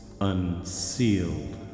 unsealed